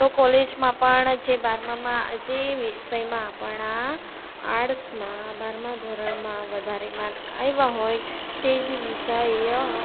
તો કોલેજમાં પણ જે બારમા જે વિષયમાં આપણા આર્ટસમાં બારમાં ધોરણમાં વધારે માર્ક આવ્યા હોય તે જ વિષય